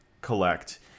collect